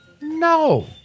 No